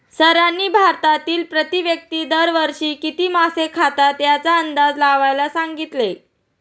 सरांनी भारतातील प्रति व्यक्ती दर वर्षी किती मासे खातात याचा अंदाज लावायला सांगितले?